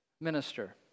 minister